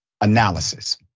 analysis